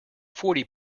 forty